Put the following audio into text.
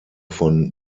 von